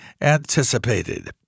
anticipated